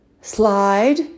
slide